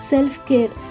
Self-care